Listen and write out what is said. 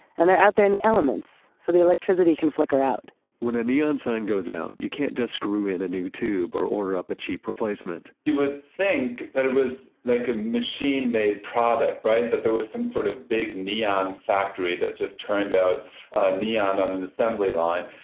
and they're out there in the elements, so the electricity can flicker out when a neon sign goes out, you can't just screw in a new tube or order up a cheap replacement you would think that it was like a machine made product, right. that there was some sort of big neon factory that just turned out neon on an assembly line.